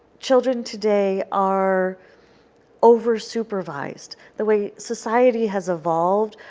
children today are over-supervised. the way society has evolved,